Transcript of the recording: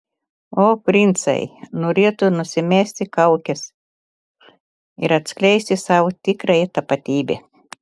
o princai norėtų nusimesti kaukes ir atskleisti savo tikrąją tapatybę